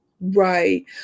Right